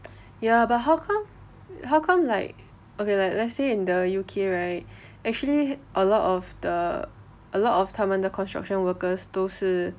ya but how come how come like okay like let's say in the U_K right actually a lot of the 他们的 construction workers 都是